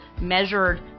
measured